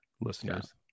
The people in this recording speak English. listeners